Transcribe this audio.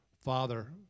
father